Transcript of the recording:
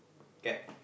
cab